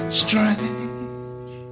strange